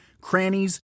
crannies